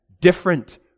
different